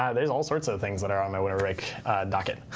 yeah there's all sorts of things that are on my winter break docket.